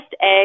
Egg